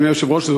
אדוני היושב-ראש,